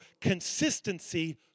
Consistency